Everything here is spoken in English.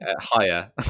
higher